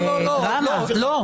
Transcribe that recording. לא, לא, עוה"ד כהנא, לא.